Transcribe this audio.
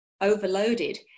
overloaded